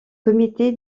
comité